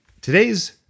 Today's